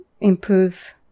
improve